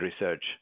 research